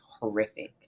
horrific